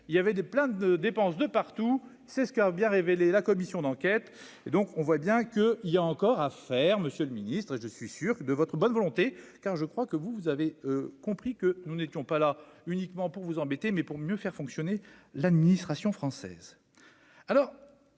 il y avait des plein de dépenses de partout, c'est ce qu'a bien révélé la commission d'enquête et donc on voit bien que il y a encore à faire Monsieur le Ministre, je suis sûr que de votre bonne volonté, car je crois que vous, vous avez compris que nous n'étions pas là uniquement pour vous embêter mais pour mieux faire fonctionner l'administration française,